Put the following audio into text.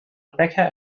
becker